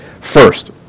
first